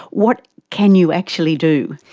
what can you actually do?